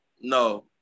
No